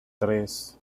tres